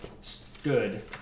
stood